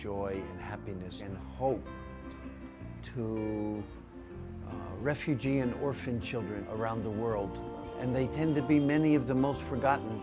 joy and happiness and hope to refugee and orphan children around the world and they tend to be many of the most forgotten